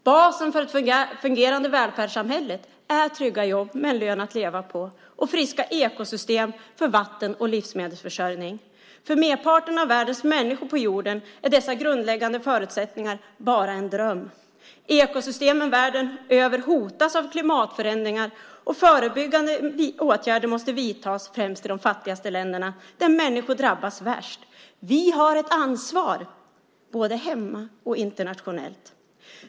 Basen för ett fungerande välfärdssamhälle är trygga jobb med en lön att leva på och friska ekosystem för vatten och livsmedelsförsörjning. För merparten av människorna på jorden är dessa grundläggande förutsättningar bara en dröm. Ekosystemen världen över hotas av klimatförändringar, och förebyggande åtgärder måste vidtas främst i de fattigaste länderna där människor drabbas värst. Vi har ett ansvar både hemma och internationellt.